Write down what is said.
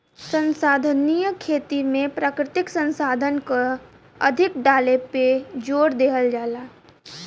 संसाधनीय खेती में प्राकृतिक संसाधन के अधिक डाले पे जोर देहल जाला